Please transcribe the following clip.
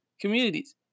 communities